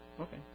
Okay